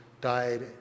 died